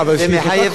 זה מחייב חקיקה.